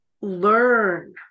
learn